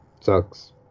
Sucks